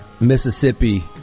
Mississippi